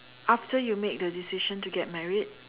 after you make the decision to get married